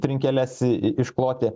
trinkeles iškloti